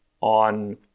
on